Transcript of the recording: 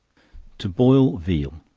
to boil veal.